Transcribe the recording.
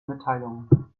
mitteilungen